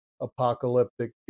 apocalyptic